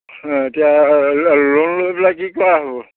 এতিয়া লোন লৈ পেলাই কি কৰা হ'ব